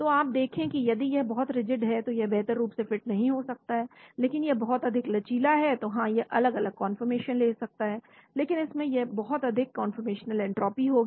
तो आप देखें कि यदि यह बहुत रिजिड है तो यह बेहतर रूप से फिट नहीं हो सकता है लेकिन यदि यह बहुत अधिक लचीला है तो हाँ यह अलग अलग कन्फॉर्मेशन ले सकता है लेकिन इसमें बहुत अधिक कन्फॉर्मेशनल एंट्रॉपी होगी